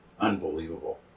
Unbelievable